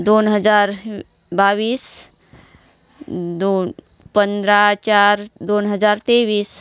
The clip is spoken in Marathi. दोन हजार बावीस दोन पंधरा चार दोन हजार तेवीस